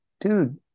dude